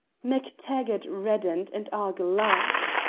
mactaggart reddened and argyll laughed,